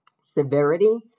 severity